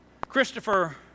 Christopher